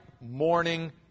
morning